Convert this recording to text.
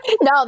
No